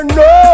no